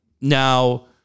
Now